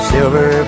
Silver